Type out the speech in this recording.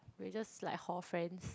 we're just like hall friends